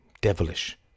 devilish